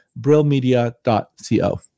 brillmedia.co